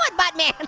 but buttman?